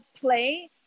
play